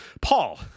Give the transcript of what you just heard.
Paul